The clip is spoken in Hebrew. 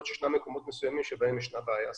יכול להיות שיש מקומות בהם יש בעיה ספציפית.